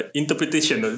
interpretation